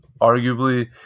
arguably